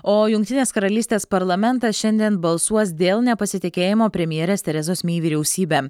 o jungtinės karalystės parlamentas šiandien balsuos dėl nepasitikėjimo premjerės terezos mei vyriausybe